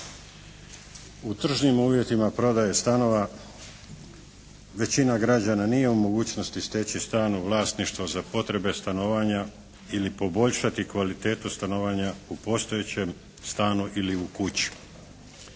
U tržnim uvjetima prodaje stanova većina građana nije u mogućnosti steći stan u vlasništvu za potrebe stanovanja ili poboljšati kvalitetu stanovanja u postojećem stanu ili kući.